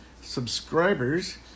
subscribers